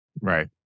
Right